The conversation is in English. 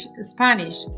Spanish